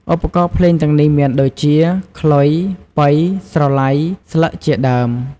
ឧបករណ៍ភ្លេងទាំងនេះមានដូចជា ខ្លុយ ប៉ី ស្រឡៃ ស្លឹកជាដើម។